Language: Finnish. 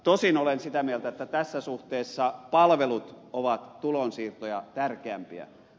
tosin olen sitä mieltä että tässä suhteessa palvelut ovat tulonsiirtoja tärkeämpiä